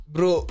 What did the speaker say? Bro